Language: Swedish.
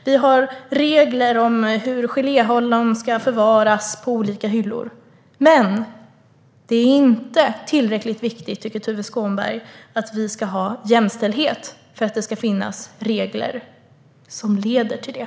Vi har regler om hur geléhallon ska förvaras på olika hyllor. Men Tuve Skånberg tycker inte att jämställdhet är tillräckligt viktigt för att det ska finnas regler som leder till det.